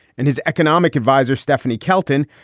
and his economic advisor, stephanie kelton,